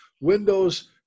windows